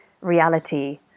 reality